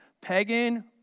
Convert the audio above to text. pagan